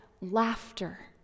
laughter